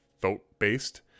vote-based